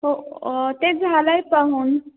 हो ते झालं आहे पाहून